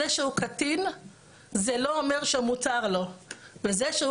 זה שהוא קטין זה לא אומר שמותר לו וזה שהוא